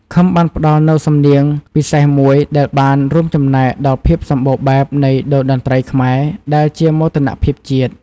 ឃឹមបានផ្តល់នូវសំឡេងពិសេសមួយដែលបានរួមចំណែកដល់ភាពសម្បូរបែបនៃតូរ្យតន្ត្រីខ្មែរ ដែលជាមោទនភាពជាតិ។